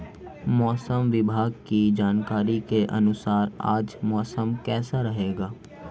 मौसम विभाग की जानकारी के अनुसार आज मौसम कैसा रहेगा?